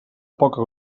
poca